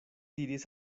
diris